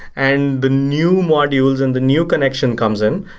and the new modules and the new connection comes in,